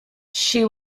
she